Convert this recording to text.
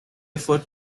effort